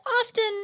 often